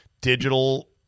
digital